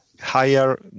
higher